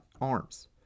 arms